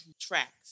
tracks